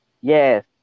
Yes